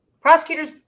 Prosecutor's